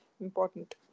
important